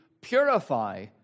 purify